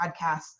podcast